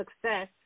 success